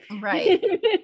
right